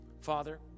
father